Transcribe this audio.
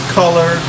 color